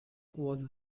was